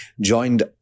joined